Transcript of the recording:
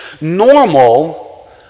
normal